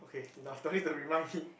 enough don't need to remind me